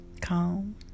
Calm